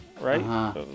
right